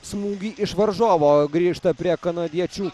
smūgį iš varžovo grįžta prie kanadiečių